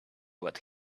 what